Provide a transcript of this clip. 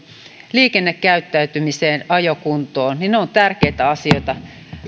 liikennekäyttäytyminen ja ajokunto ovat tärkeitä asioita